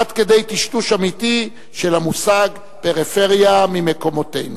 עד כדי טשטוש אמיתי של המושג "פריפריה" ממקומותינו.